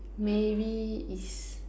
maybe is